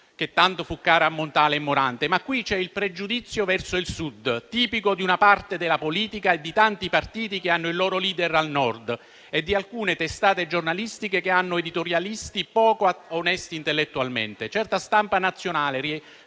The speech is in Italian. che tanto fu cara a Montale e Morante. Ma qui c'è il pregiudizio verso il Sud tipico di una parte della politica e di tanti partiti che hanno il loro *leader* al Nord e di alcune testate giornalistiche che hanno editorialisti poco onesti intellettualmente. Certa stampa nazionale, riesumando